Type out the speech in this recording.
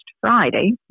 Friday